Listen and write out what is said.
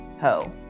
Ho